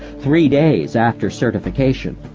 three days after certification,